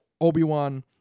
Obi-Wan